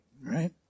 right